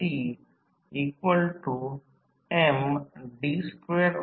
हा भाग फक्त येथेच समजला पाहिजे कोणताही गोंधळ होऊ नये